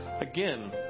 again